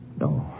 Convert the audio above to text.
No